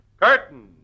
Curtain